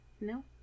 No